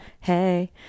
Hey